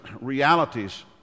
realities